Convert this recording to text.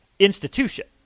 institution